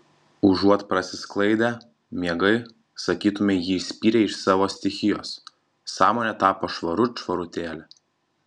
užuot prasisklaidę miegai sakytumei jį išspyrė iš savo stichijos sąmonė tapo švarut švarutėlė